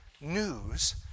news